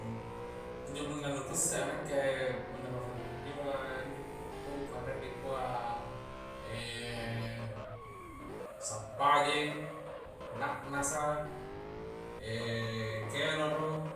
Injo punna nu ku isse nakke punna bahasa konjoa injo poko-poko a rie di kua e sampajeng na'nasa e kelero